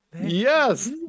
Yes